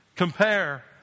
compare